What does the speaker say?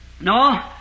No